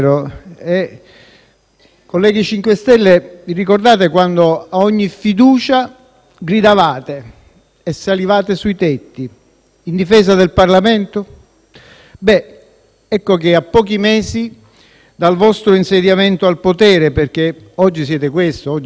MoVimento 5 Stelle, vi ricordate quando ogni fiducia gridavate e salivate sui tetti in difesa del Parlamento? Ecco che, a pochi mesi dal vostro insediamento al potere - oggi siete questo, oggi siete il potere